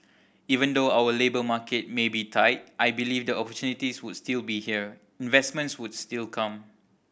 even though our labour market may be tight I believe the opportunities would still be here investments would still come